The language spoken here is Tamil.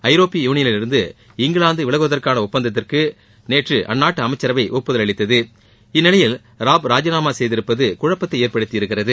ஐரோப்பிய யூனியனில் இருந்து இங்கிலாந்து விலகுவதற்கான ஒப்பந்தத்திற்கு நேற்று அந்நாட்டு அமைச்சரவை ஒப்புதல் அளித்தது இந்நிலையில் ராப் ராஜினாமா செய்திருப்பது குழப்பத்தை ஏற்படுத்தியிருக்கிறது